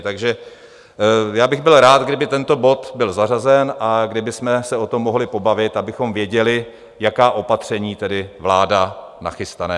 Takže bych byl rád, kdyby tento bod byl zařazen a kdybychom se o tom mohli pobavit, abychom věděli, jaká opatření má vláda nachystána.